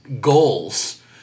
goals